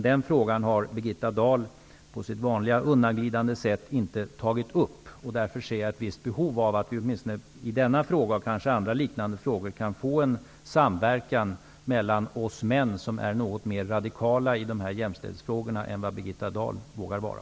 Den frågan har dock Birgitta Dahl på sitt vanliga undanglidande sätt inte tagit upp, och därför ser jag ett visst behov av att i denna fråga och kanske i andra liknande frågor få en samverkan mellan oss män som är något mer radikala i dessa jämställdhetsfrågor än vad Birgitta Dahl vågar vara.